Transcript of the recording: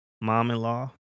mom-in-law